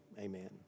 Amen